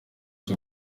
cyo